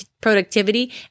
productivity